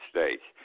States